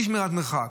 למשל אי-שמירת מרחק,